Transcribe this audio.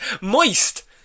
moist